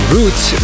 Roots